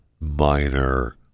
minor